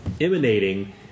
emanating